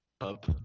up